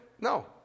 No